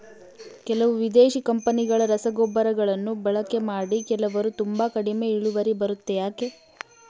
ಕೆಲವು ವಿದೇಶಿ ಕಂಪನಿಗಳ ರಸಗೊಬ್ಬರಗಳನ್ನು ಬಳಕೆ ಮಾಡಿ ಕೆಲವರು ತುಂಬಾ ಕಡಿಮೆ ಇಳುವರಿ ಬರುತ್ತೆ ಯಾಕೆ?